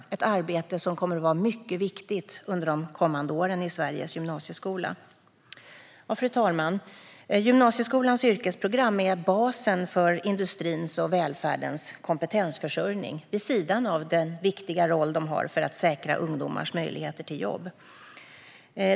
Det är ett mycket viktigt arbete under de kommande åren i Sveriges gymnasieskola. Fru talman! Gymnasieskolans yrkesprogram är basen för industrins och välfärdens kompetensförsörjning vid sidan av den viktiga roll de har för att säkra ungdomars möjligheter till jobb.